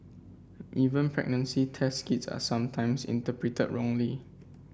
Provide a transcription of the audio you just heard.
even pregnancy test kits are sometimes interpreted wrongly